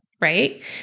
Right